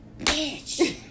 Bitch